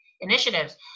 initiatives